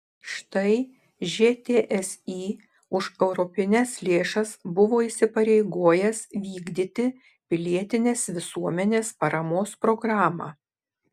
štai žtsi už europines lėšas buvo įsipareigojęs vykdyti pilietinės visuomenės paramos programą